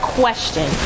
question